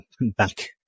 back